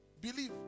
believe